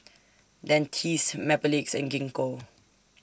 Dentiste Mepilex and Gingko